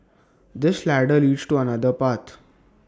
this ladder leads to another path